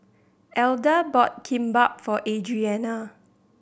Alda bought Kimbap for Adrianna